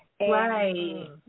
Right